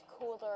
cooler